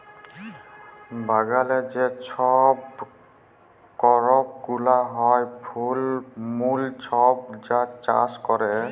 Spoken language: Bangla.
বাগালে যে ছব করপ গুলা হ্যয়, ফল মূল ছব যা চাষ ক্যরে